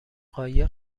قایق